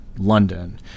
London